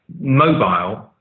mobile